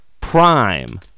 prime